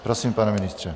Prosím, pane ministře.